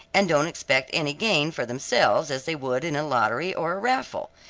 and don't expect any gain for themselves, as they would in a lottery or raffle.